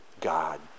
God